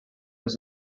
was